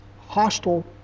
hostile